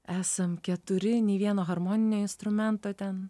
esam keturi nei vieno harmoninio instrumento ten